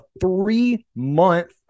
three-month